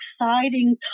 exciting